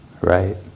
right